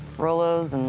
rolos,